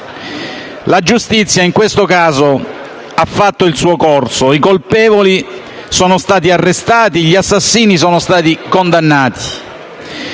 La giustizia, in questo caso, ha fatto il suo corso. I colpevoli sono stati arrestati e gli assassini sono stati condannati.